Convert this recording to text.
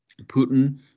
Putin